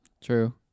True